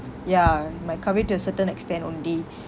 ya might cover to a certain extent only